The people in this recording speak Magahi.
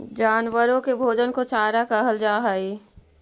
जानवरों के भोजन को चारा कहल जा हई